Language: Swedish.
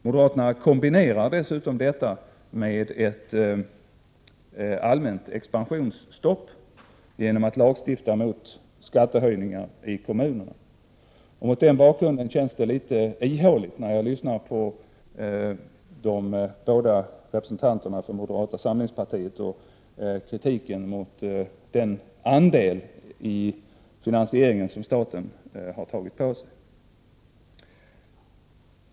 Moderaterna kombinerar dessutom detta med ett allmänt expansionsstopp genom att lagstifta mot skattehöjningar i kommunerna. Mot den bakgrunden känns det litet ihåligt när jag lyssnar på de båda representanterna för moderata samlingspartiet och kritiken mot den andel i finansieringen som staten har tagit på sig.